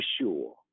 sure